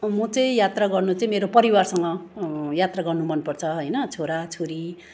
म चाहिँ यात्रा गर्नु चाहिँ मेरो परिवारसँग यात्रा गर्नु मन पर्छ होइन छोरा छोरी